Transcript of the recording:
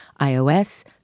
iOS